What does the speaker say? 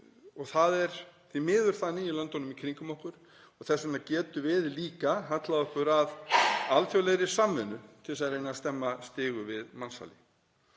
og það er því miður þannig í löndunum í kringum okkur. Þess vegna getum við líka hallað okkur að alþjóðlegri samvinnu til þess að reyna að stemma stigu við mansali.